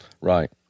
Right